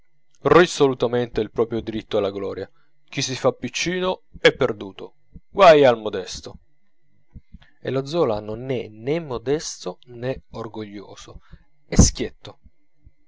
affermare risolutamente il proprio diritto alla gloria chi si fa piccino è perduto guai al modesto e lo zola non è nè modesto nè orgoglioso è schietto